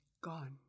gone